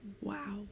Wow